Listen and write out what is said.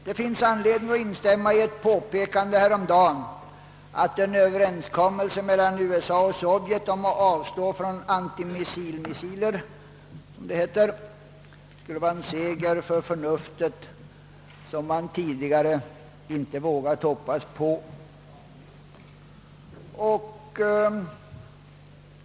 Det finns anledning att instämma i ett påpekande häromdagen, att en överenskommelse mellan USA och Sovjet om att avstå från antimissil-missiler skulle vara en seger för förnuftet som man tidigare inte vågat hoppas på.